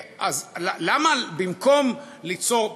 אז למה במקום ליצור,